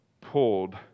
pulled